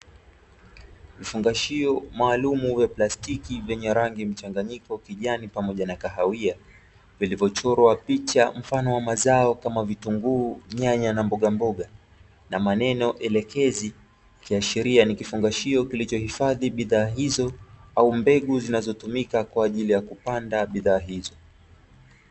Vifungashio maalumu vya plastiki vyenye rangi mchanganyiko (kijani pamoja na kahawia), vilivyochorwa picha mfano wa mazao kama: vitunguu, nyanya na mbogamboga; na maneno elekezi, ikiashiria ni kifungashio kilichohifadhi bidhaa hizo au mbegu zinazotumika kwa ajili ya kupanda bidhaa hizo.